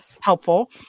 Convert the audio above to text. helpful